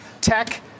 tech